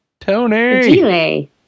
tony